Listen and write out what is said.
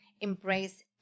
Embrace